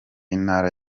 intara